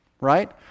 right